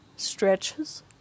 stretches